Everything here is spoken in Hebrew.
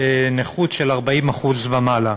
נכות של 40% ומעלה.